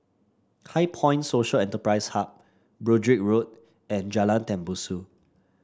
HighPoint Social Enterprise Hub Broadrick Road and Jalan Tembusu